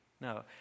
No